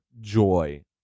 joy